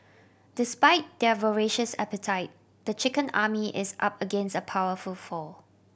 despite their voracious appetite the chicken army is up against a powerful foe